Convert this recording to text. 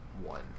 one